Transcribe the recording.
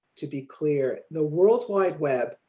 to be clear, the world wide web.